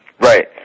Right